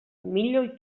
milioi